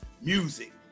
music